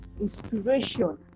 inspiration